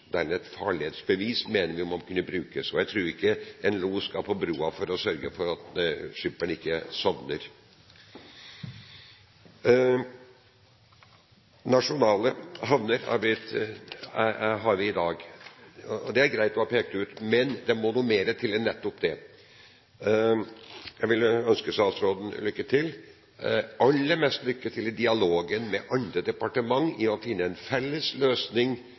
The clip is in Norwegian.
må kunne brukes. Jeg tror ikke en los skal på broen for å sørge for at skipperen ikke sovner. Vi har nasjonale havner i dag, og det er greit å ha pekt ut, men det må noe mer til enn det. Jeg ønsker statsråden lykke til – aller mest i dialogen med andre departementer for å finne en felles løsning